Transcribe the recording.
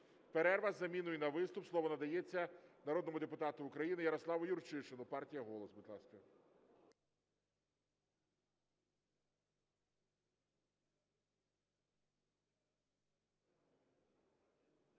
перерва з заміною на виступ. Слово надається народному депутату України Ярославу Юрчишину, партія "Голос". Будь ласка.